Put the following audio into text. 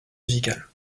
musicale